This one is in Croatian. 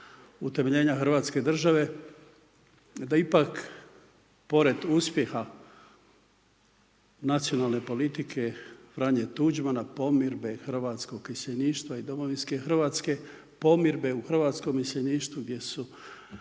utemeljenja Hrvatske države da ipak pored uspjeha nacionalne politike Franje Tuđmana, pomirdbe hrvatskog iseljeništva i domovinske Hrvatske, pomirdbe u hrvatskom iseljeništvu gdje su